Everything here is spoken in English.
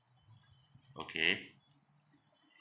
okay